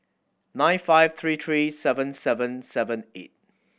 nine five three three seven seven seven eight